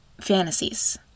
fantasies